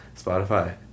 Spotify